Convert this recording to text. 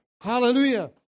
Hallelujah